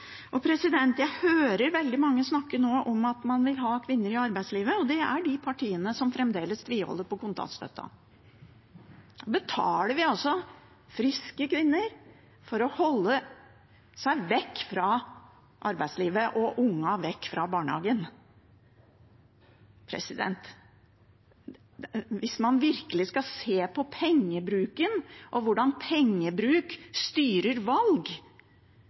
Jeg hører veldig mange nå snakke om at man vil ha kvinner i arbeidslivet, og det er i de partiene som fremdeles tviholder på kontantstøtte. Vi betaler altså friske kvinner for å holde seg vekk fra arbeidslivet og ungene vekk fra barnehagen. Hvis man virkelig skal se på pengebruken og hvordan pengebruk styrer valg,